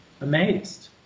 amazed